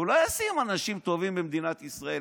הוא לא ישים אנשים טובים במדינת ישראל,